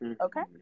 Okay